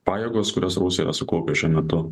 pajėgos kurias rusija sukaupia šiuo metu